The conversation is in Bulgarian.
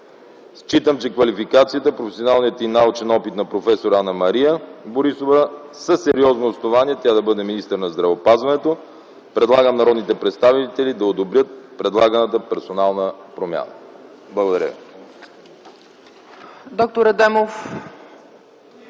Считам, че квалификацията, професионалният и научен опит на проф. Анна-Мария Борисова са сериозно основание тя да бъде министър на здравеопазването. Предлагам народните представители да одобрят предлаганата персонална промяна. Благодаря